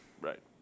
Right